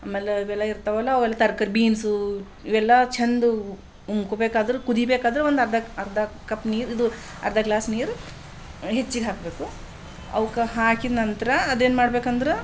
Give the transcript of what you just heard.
ಆಮೇಲೆ ಇವೆಲ್ಲ ಇರ್ತಾವಲ್ಲ ಅವೆಲ್ಲ ತರಕಾರಿ ಬೀನ್ಸು ಇವೆಲ್ಲ ಚಂದ ಉಕ್ಕಬೇಕಾದ್ರೆ ಕುದಿಬೇಕಾದ್ರೆ ಒಂದು ಅರ್ಧ ಅರ್ಧ ಕಪ್ ನೀರು ಇದು ಅರ್ಧ ಗ್ಲಾಸ್ ನೀರು ಹೆಚ್ಚಿಗೆ ಹಾಕಬೇಕು ಅವಕ್ಕೆ ಹಾಕಿದ ನಂತರ ಅದೇನು ಮಾಡ್ಬೇಕಂದ್ರೆ